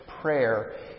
prayer